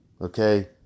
okay